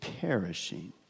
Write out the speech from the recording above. perishing